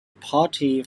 party